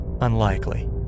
Unlikely